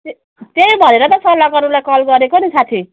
ते त्यही भएर त सल्लाह गर्नुलाई कल गरेको नि साथी